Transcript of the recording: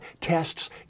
tests